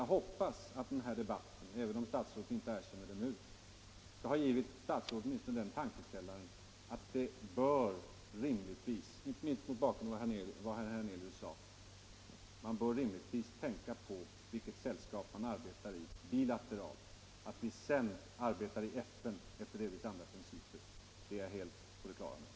Jag hoppas att den här debatten — även om statsrådet inte erkänner det nu — åtminstone skall ha givit statsrådet den tankeställaren att man — mot bakgrund av vad herr Hernelius sade — rimligtvis bör tänka på vilket sällskap man arbetar i bilateralt. Att vi sedan arbetar i FN efter delvis andra principer är jag helt på det klara med.